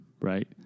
right